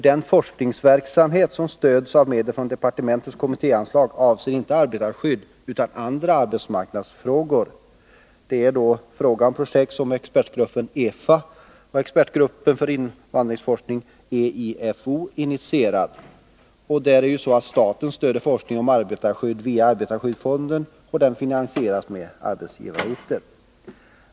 Den forskningsverksamhet som stöds med medel från departementets kommittéanslag avser nämligen inte arbetarskydd utan andra arbetsmarknadsfrågor. Det är alltså fråga om projekt som expertgruppen för utredningsverksamhet i arbetsmarknadsfrågor, EFA, och expertgruppen för invandringsforskning, EIFO, initierar. Det är ju vidare så att staten stöder forskning om arbetarskydd via arbetarskyddsfonden, och den finansieras med arbetsgivaravgifter.